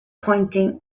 pointing